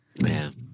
Man